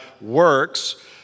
works